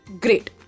Great